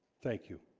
thank you.